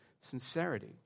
sincerity